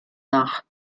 nach